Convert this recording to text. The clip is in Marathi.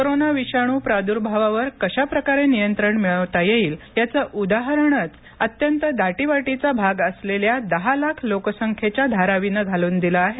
कोरोना विषाणू प्रार्द्भावावर कशा प्रकारे नियंत्रण मिळवता येईल याचं उदाहरणचं अत्यंत दाटीवाटीचा भाग असलेल्या दहा लाख लोकसंख्येचा भाग असलेल्या धारावीनं घालून दिला आहे